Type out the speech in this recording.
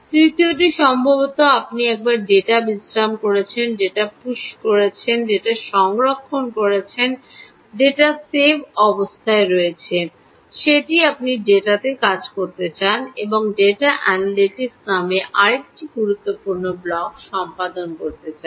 তৃতীয়টি সম্ভবত আপনি একবার ডেটা বিশ্রাম নিয়েছেন ডেটা পুশ করেছেন ডেটা সংরক্ষণ করেছেন ডেটা বিশ্রাম অবস্থায় রয়েছে যেটি আপনি ডেটাতে কাজ করতে চান এবং ডেটা অ্যানালিটিকাস নামে আরেকটি গুরুত্বপূর্ণ ব্লক সম্পাদন করতে চান